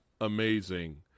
amazing